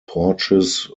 porches